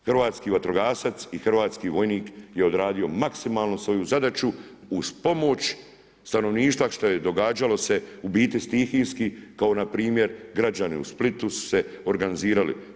Hrvatski vatrogasac i hrvatski vojnik je odradio maksimalno svoju zadaću uz pomoć stanovništva, što je događalo se u biti stihijski, kao npr. građani u Splitu su se organizirali.